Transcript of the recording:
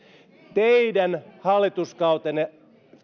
teidän hallituskautenne